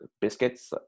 biscuits